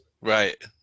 Right